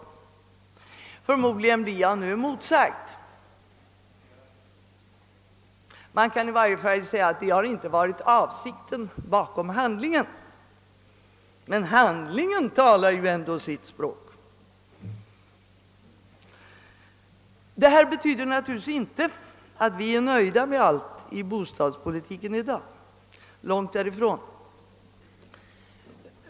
Förmodligen blir jag nu motsagd. Man kan i varje fall hävda att detta inte varit avsikten bakom handlingen — men handlingen talar ju ändå sitt språk. Det nu sagda betyder naturligtvis inte att vi är nöjda med allt i dagens bostadspolitik — långt därifrån.